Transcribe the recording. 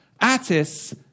Attis